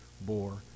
bore